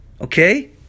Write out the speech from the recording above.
okay